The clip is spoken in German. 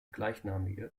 gleichnamige